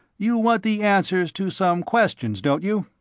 you want the answers to some questions, don't you?